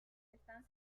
están